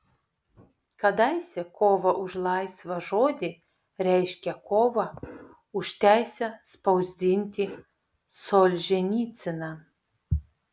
kadaise kova už laisvą žodį reiškė kovą už teisę spausdinti solženicyną